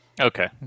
Okay